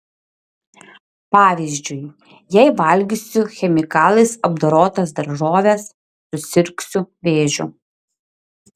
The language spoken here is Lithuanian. pavyzdžiui jei valgysiu chemikalais apdorotas daržoves susirgsiu vėžiu